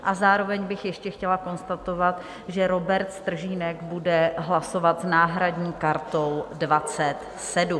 A zároveň bych ještě chtěla konstatovat, že Robert Stržínek bude hlasovat s náhradní kartou 27.